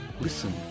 Listen